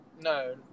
No